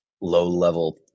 low-level